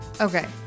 Okay